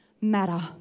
matter